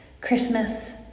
Christmas